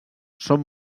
són